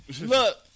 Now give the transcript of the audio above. Look